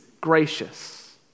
gracious